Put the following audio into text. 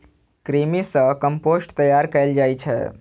कृमि सं कंपोस्ट तैयार कैल जाइ छै